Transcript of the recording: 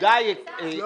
פרט שמופיע כ-03022310,